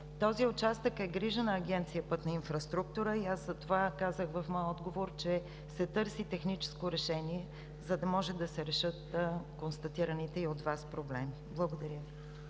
Този участък е грижа на Агенция „Пътна инфраструктура“ и аз затова казах в моя отговор, че се търси техническо решение, за да може да се решат констатираните и от Вас проблеми. Благодаря.